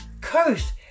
Cursed